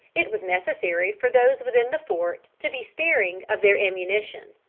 it was necessary for those within the fort to be sparing of their ammunition.